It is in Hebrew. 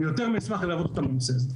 אני מאוד אשמח ללוות אותם בנושא הזה.